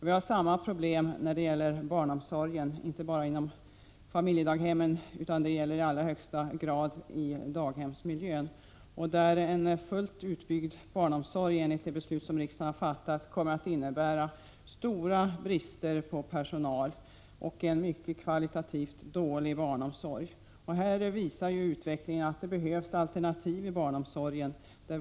Vi har samma problem inom barnomsorgen, inte bara inom familjedaghem utan i allra högsta grad också inom barnstugorna. En fullt utbyggd barnomsorg kommer enligt det beslut som riksdagen har fattat att innebära stora brister på personal och kvalitativt en mycket dålig barnomsorg. Här visar utvecklingen att det behövs alternativ inom barnomsorgen.